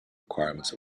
requirements